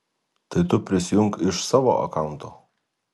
tai tu prisijunk iš savo akaunto